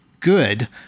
Good